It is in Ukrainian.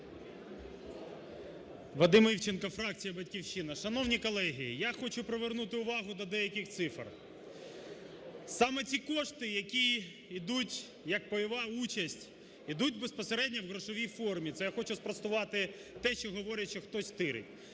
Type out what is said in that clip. Вадим Івченко, фракція "Батьківщина". Шановні колеги, я хочу привернути увагу до деяких цифр. Саме ці кошти, які йдуть як пайова участь, йдуть безпосередньо в грошовій формі. Це я хочу спростувати те, що говорять, що хтось тирить.